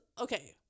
okay